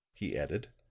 he added,